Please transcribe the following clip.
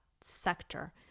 sector